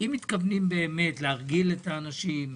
אם תכפילו את המחיר זה כנראה כן